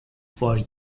for